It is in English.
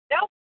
Nope